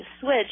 switch